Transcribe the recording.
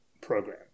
program